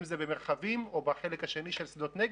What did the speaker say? אם זה במרחבים או בחלק השני של שדות נגב,